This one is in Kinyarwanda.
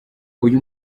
uyu